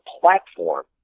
platform